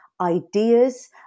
Ideas